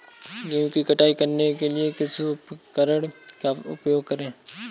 गेहूँ की कटाई करने के लिए किस उपकरण का उपयोग करें?